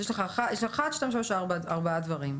אז יש לך ארבעה דברים.